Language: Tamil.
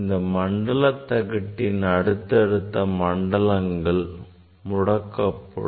இந்த மண்டல தகட்டின் அடுத்தடுத்த மண்டலங்கள் முடக்கப்படும்